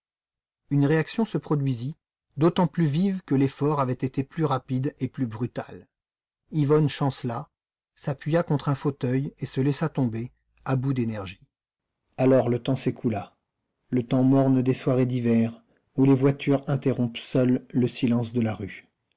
une réaction se produisit d'autant plus vive que l'effort avait été plus rapide et plus brutal yvonne chancela s'appuya contre un fauteuil et se laissa tomber à bout d'énergie alors le temps s'écoula le temps morne des soirées d'hiver où les voitures interrompent seules le silence de la rue